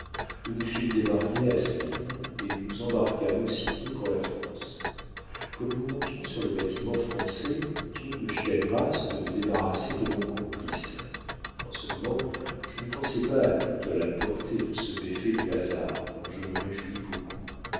nous nous fîmes débarquer à smyrne et nous nous embarquâmes aussitôt pour la france comme nous montions sur le bâtiment français dieu me fit la grâce de me débarrasser de mon complice en ce moment je ne pensais pas à toute la portée de ce méfait du hasard dont je me réjouis beaucoup